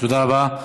תודה רבה.